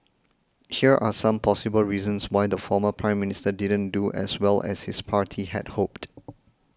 here are some possible reasons why the former Prime Minister didn't do as well as his party had hoped